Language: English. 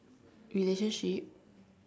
relationship